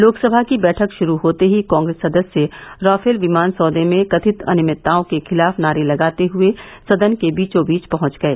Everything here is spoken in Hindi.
लोकसभा की बैठक शुरू होते ही कांग्रेस सदस्य राफेल विमान सौदे में कथित अनियमितताओं के खिलाफ नारे लगाते हुए सदन के बीचो बीच पहुंच गए